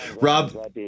Rob